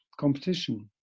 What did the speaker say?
competition